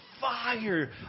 fire